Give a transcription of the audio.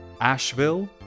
Asheville